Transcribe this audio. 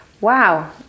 Wow